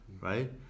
right